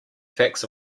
facts